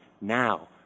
now